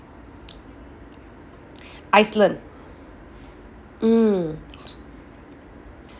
iceland mm